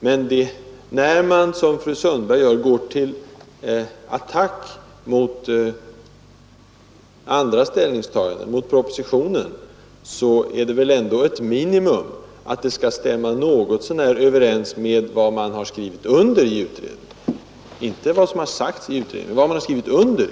Men när man, som fru Sundberg gör, går till attack mot propositionen och mot andras ställningstaganden, är det ett minimikrav att det man säger skall stämma något så när överens med vad man har skrivit under i utredningen — inte vad som har sagts på sammanträdena utan vad man har skrivit under.